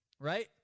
Right